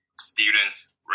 students